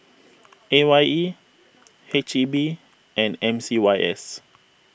A Y E H E B and M C Y S